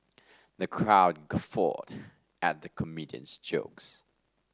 the crowd guffawed at the comedian's jokes